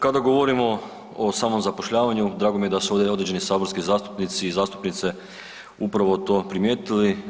Kada govorimo o samom zapošljavanju drago mi je da su ovdje određeni saborski zastupnici i zastupnice upravo to primijetili.